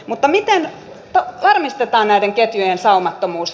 mutta miten varmistetaan näiden ketjujen saumattomuus